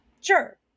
sure